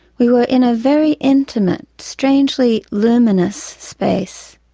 we were in a very intimate, strangely luminous space.